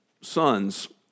sons